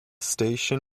station